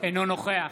אינו נוכח